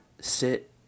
sit